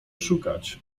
szukać